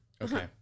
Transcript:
Okay